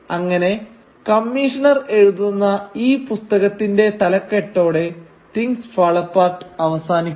അങ്ങനെ കമ്മീഷണർ എഴുതുന്ന ഈ പുസ്തകത്തിന്റെ തലക്കെട്ടോടെ തിങ്സ് ഫാൾ അപ്പാർട്ട് അവസാനിക്കുന്നു